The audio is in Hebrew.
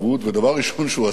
ודבר ראשון שהוא עשה,